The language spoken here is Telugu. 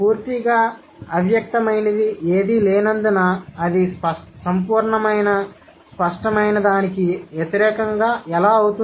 పూర్తిగా అవ్యక్తమైనది ఏదీ లేనందున అది సంపూర్ణ స్పష్టమైన దానికి వ్యతిరేకం ఎలా అవుతుంది